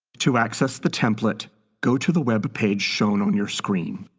to access the template go to the webpage shown on your screen.